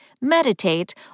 Meditate